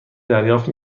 دریافت